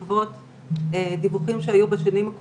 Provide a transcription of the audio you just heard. מתוך ההיכרות רבת השנים שלי,